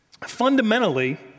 fundamentally